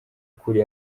kuri